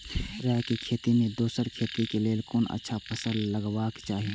राय के खेती मे दोसर खेती के लेल कोन अच्छा फसल लगवाक चाहिँ?